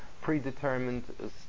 Predetermined